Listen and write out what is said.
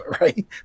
Right